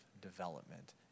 development